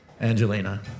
Angelina